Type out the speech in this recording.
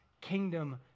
kingdom